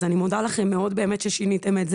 אז אני מודה לכם מאוד ששיניתם את זה.